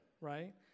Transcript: right